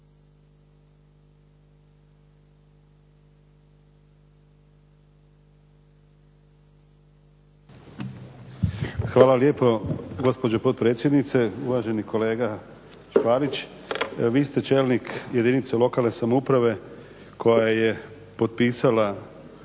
Hvala lijepo gospođo potpredsjedniče. Uvaženi kolega Škvarić, vi ste čelnik jedinice lokalne samouprave koja je potpisala